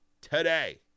today